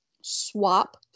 swap